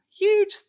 huge